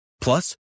Plus